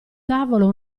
tavolo